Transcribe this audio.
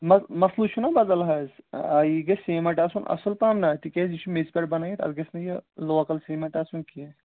مہ مَسلہٕ چھُنا بَدَل حظ یہِ گژھِ سیٖمٮ۪نٛٹ آسُن اَصٕل پَہَم نا تِکیٛازِ یہِ چھُ میٚژِ پٮ۪ٹھ بَنٲیِتھ اَتھ گژھِ نہٕ یہِ لوکَل سیٖمٮ۪نٛٹ آسُن کیٚنٛہہ